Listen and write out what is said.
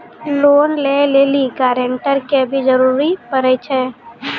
Loan लै लेली guarantor के भी जरूरी पड़ै छै?